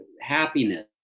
happiness